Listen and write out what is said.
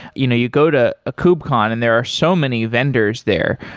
you know you go to a kubecon and there are so many vendors there.